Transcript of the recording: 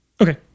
Okay